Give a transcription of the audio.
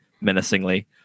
menacingly